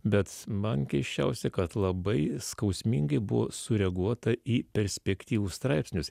bet man keisčiausia kad labai skausmingai buvo sureaguota į perspektyvų straipsnius